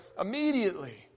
immediately